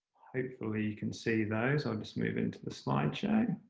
hopefully you can see those. i'll just move into the slideshow.